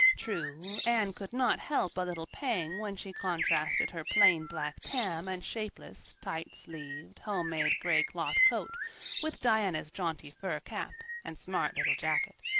true, anne could not help a little pang when she contrasted her plain black tam and shapeless, tight-sleeved, homemade gray-cloth coat with diana's jaunty fur cap and smart little jacket.